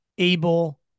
able